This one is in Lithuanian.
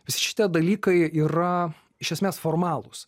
visi šitie dalykai yra iš esmės formalūs